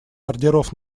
ордеров